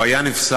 הוא היה נפסל.